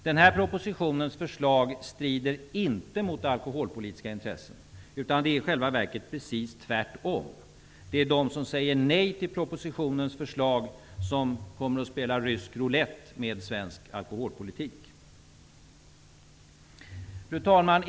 Förslagen i propositionen strider inte mot alkoholpolitiska intressen. I själva verket är det precis tvärtom. De som säger nej till förslagen i propositionen kommer att spela rysk roulette med svensk alkoholpolitik. Fru talman!